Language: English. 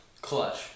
Clutch